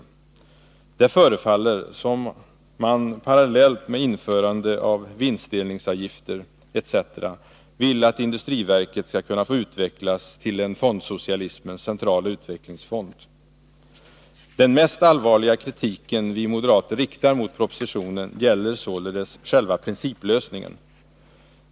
Det förefaller som om man parallellt med införande av vinstdelningsavgifter etc. vill att industriverket skall kunna få utvecklas till en fondsocialismens centrala utvecklingsfond. Den mest allvarliga kritiken vi moderater riktar mot propositionen gäller således själva principlösningen.